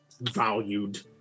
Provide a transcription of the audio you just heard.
valued